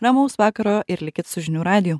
ramaus vakaro ir likit su žinių radiju